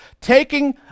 taking